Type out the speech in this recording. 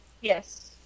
Yes